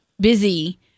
busy